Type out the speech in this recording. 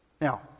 Now